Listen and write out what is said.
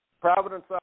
Providence